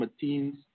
team's